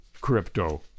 crypto